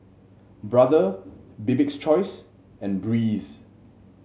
Brother Bibik's Choice and Breeze